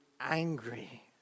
angry